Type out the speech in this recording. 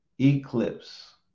eclipse